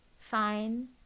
fine